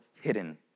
hidden